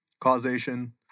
causation